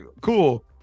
Cool